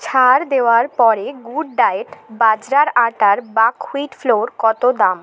ছাড় দেওয়ার পরে গুড ডায়েট বাজরার আটার বাকহুইট ফ্লোর কত দাম